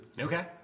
Okay